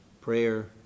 prayer